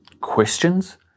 Questions